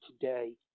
today